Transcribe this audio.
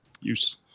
use